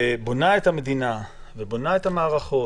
שבונה את המדינה ובונה את המערכות,